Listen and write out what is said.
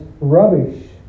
rubbish